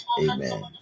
Amen